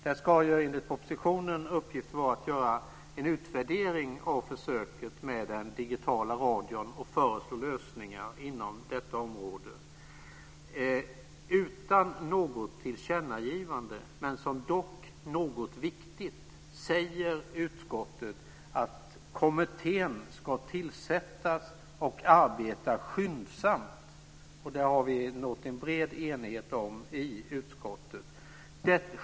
Den ska enligt propositionen ha uppgiften att göra en utvärdering av försöket med den digitala radion och föreslå lösningar inom detta område. Utan något tillkännagivande, men dock som något viktigt, säger utskottet att kommittén kan tillsättas och arbeta skyndsamt. Det har vi nått en bred enighet om i utskottet.